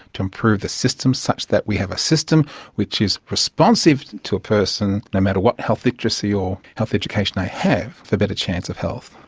to improve the systems such that we have a system which is responsive to to a person no matter what health literacy or health education they have for a better chance of health.